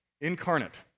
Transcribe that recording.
incarnate